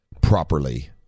properly